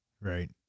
right